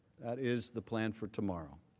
that is the plan for tomorrow.